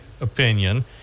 opinion